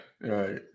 Right